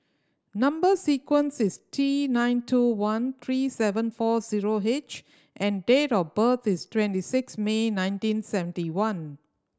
number sequence is T nine two one three seven four zero H and date of birth is twenty six May nineteen seventy one